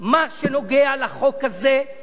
משתבשים סדרי מינהל תקין,